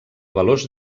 valors